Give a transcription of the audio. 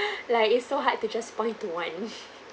like it's so hard to just point to one